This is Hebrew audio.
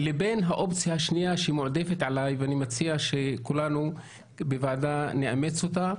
לבין האופציה השנייה שמועדפת עלי ואני מציע שכולנו בוועדה נאמץ אותה,